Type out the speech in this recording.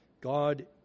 God